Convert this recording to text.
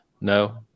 No